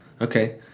Okay